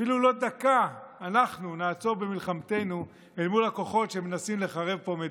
אפילו לא דקה אנחנו נעצור במלחמתנו אל מול הכוחות שמנסים לחרב פה מדינה.